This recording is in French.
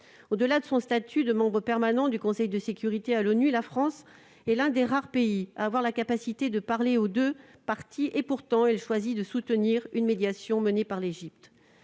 Au-delà de son statut de membre permanent du Conseil de sécurité à l'ONU, la France est l'un des rares pays à avoir la capacité de parler aux deux parties. Pourtant, elle choisit de soutenir une médiation menée par l'Égypte.